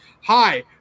hi